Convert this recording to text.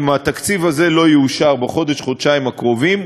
אם התקציב הזה לא יאושר בחודש-חודשיים הקרובים,